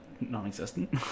Non-existent